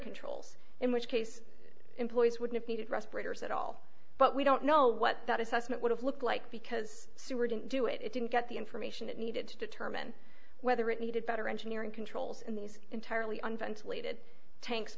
controls in which case employees would need respirators at all but we don't know what that assessment would have looked like because sewer didn't do it it didn't get the information it needed to determine whether it needed better engineering controls in these entirely unventilated tanks